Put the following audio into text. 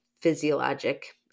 physiologic